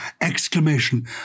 exclamation